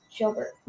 Shelbert